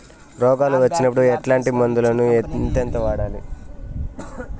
రోగాలు వచ్చినప్పుడు ఎట్లాంటి మందులను ఎంతెంత వాడాలి?